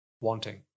wanting